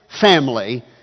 family